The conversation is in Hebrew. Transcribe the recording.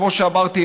וכמו שאמרתי,